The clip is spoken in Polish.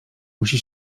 musi